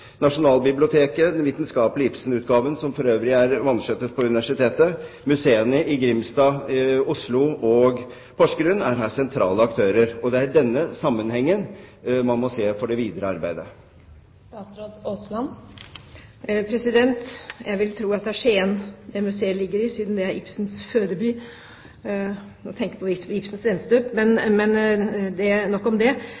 Nasjonalbiblioteket, den vitenskapelige Ibsen-utgaven, som for øvrig er vanskjøttet på universitetet, museene i Grimstad, Oslo og Porsgrunn er her sentrale aktører, og det er denne sammenhengen man må se for det videre arbeidet. Jeg vil tro at det er i Skien det museet ligger, siden det er Ibsens fødeby – jeg tenker på Ibsens Venstøp.